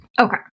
Okay